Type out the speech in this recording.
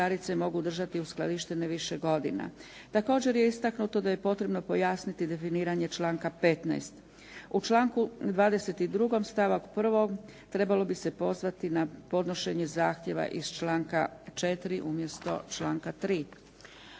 U članku 22. stavak 1. trebalo bi se pozvati na podnošenje zahtjeva iz članka 4. umjesto članka 3.